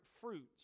fruits